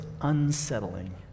unsettling